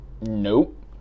Nope